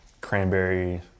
cranberry